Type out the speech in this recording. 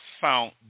found